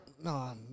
No